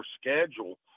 schedule